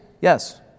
Yes